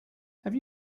have